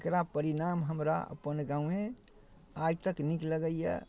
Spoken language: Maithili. एकरा परिणाम हमरा अपन गामे आइतक नीक लगैए